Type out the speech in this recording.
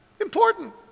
important